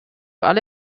alle